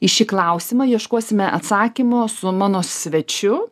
į šį klausimą ieškosime atsakymo su mano svečiu